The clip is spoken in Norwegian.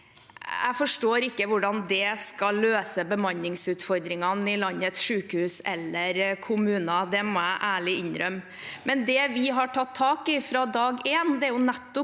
Jeg forstår ikke hvordan det skal løse bemanningsutfordringene i landets sykehus eller kommuner. Det må jeg ærlig innrømme. Det vi har tatt tak i fra dag én, er nettopp